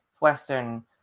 Western